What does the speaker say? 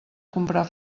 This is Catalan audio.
comprar